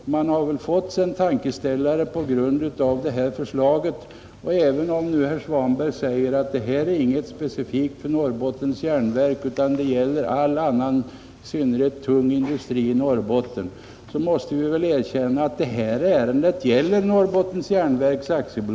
Man har väl fått sig en tankeställare genom det här förslaget. Även om herr Svanberg säger att det här är inget specifikt för Norrbottens järnverk utan det gäller all annan industri i Norrbotten, i synnerhet tung industri, så måste vi erkänna att det här ärendet gäller Norrbottens järnverk AB.